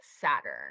saturn